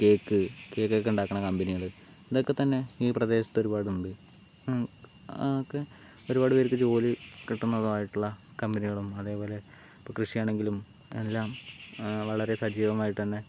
cake കേക്കൊക്കെ ഉണ്ടാക്കണ കമ്പനികള് ഇതൊക്കെ തന്നെ ഈ പ്രദേശത്ത് ഒരുപാടുണ്ട് അതൊക്കെ ഒരുപാട് പേർക്ക് ജോലി കിട്ടുന്നതായിട്ടുള്ള കമ്പനികളും അതേപോലെ ഇപ്പോൾ കൃഷി ആണെങ്കിലും എല്ലാം വളരെ സജീവമായിട്ടുതന്നെ